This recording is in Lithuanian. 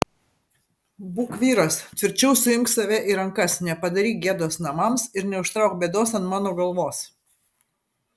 būk vyras tvirčiau suimk save į rankas nepadaryk gėdos namams ir neužtrauk bėdos ant mano galvos